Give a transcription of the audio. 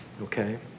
Okay